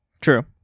True